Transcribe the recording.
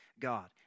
god